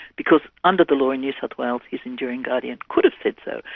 because under the law in new south wales his enduring guardian could've said so,